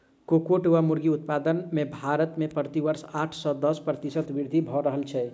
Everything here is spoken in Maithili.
कुक्कुट वा मुर्गी उत्पादन मे भारत मे प्रति वर्ष आठ सॅ दस प्रतिशत वृद्धि भ रहल छै